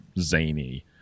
zany –